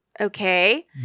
Okay